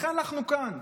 לכן אנחנו כאן.